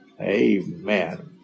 Amen